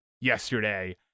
yesterday